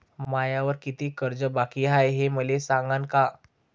मायावर कितीक कर्ज बाकी हाय, हे मले सांगान का?